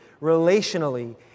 relationally